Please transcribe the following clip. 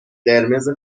قرمز